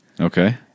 Okay